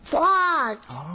Frogs